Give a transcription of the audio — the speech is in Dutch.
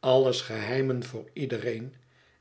alles geheimen voor iedereen